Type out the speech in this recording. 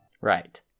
Right